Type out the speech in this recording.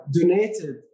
donated